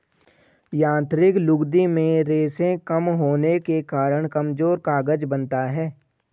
यांत्रिक लुगदी में रेशें कम होने के कारण कमजोर कागज बनता है